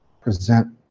present